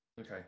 okay